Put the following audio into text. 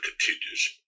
continues